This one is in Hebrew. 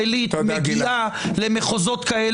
חברי כנסת, לא פחות, לעשרה.